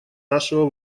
нашего